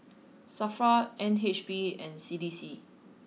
Safra N H B and C D C